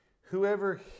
Whoever